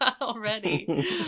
already